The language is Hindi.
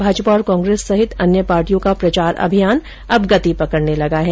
भाजपा और कांग्रेस सहित अन्य पार्टियों का प्रचार अभियान अब गति पकड़ने लगा है